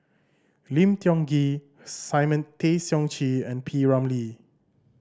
Lim Tiong Ghee Simon Tay Seong Chee and P Ramlee